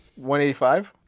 185